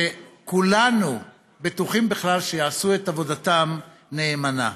שכולנו בטוחים, בכלל, שיעשו את עבודתם נאמנה.